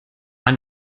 man